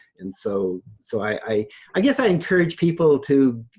and so so i i guess i encourage people to